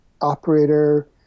operator